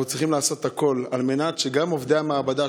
אנחנו צריכים לעשות הכול על מנת שגם עובדי המעבדה,